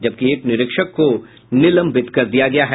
जबकि एक निरीक्षक को निलंबित किया गया है